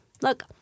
look